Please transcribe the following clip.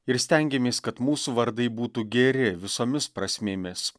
ir stengiamės kad mūsų vardai būtų geri visomis prasmėmis